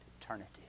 eternity